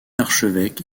archevêque